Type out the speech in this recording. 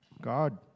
God